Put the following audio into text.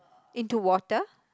into water